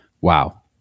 Wow